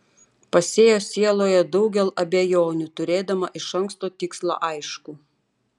pasėjo sieloje daugel abejonių turėdama iš anksto tikslą aiškų